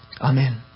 Amen